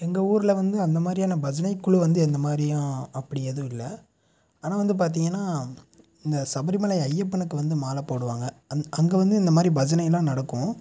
எங்கள் ஊரில் வந்து அந்த மாதிரியான பஜனை குழு வந்து எந்த மாதிரியும் அப்படி எதுவும் இல்லை ஆனால் வந்து பார்த்தீங்கன்னா இந்த சபரி மலை ஐயப்பனுக்கு வந்து மாலை போடுவாங்க அங் அங்கே வந்து இந்த மாதிரி பஜனைலாம் நடக்கும்